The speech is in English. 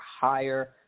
higher